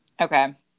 Okay